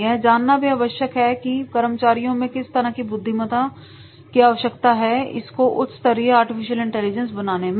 यह जानना भी आवश्यक है की कर्मचारियों में किस तरह की बुद्धिमता की आवश्यकता है इसको उच्च स्तरीय आर्टिफिशियल इंटेलिजेंस बनाने में